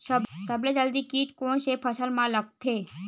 सबले जल्दी कीट कोन से फसल मा लगथे?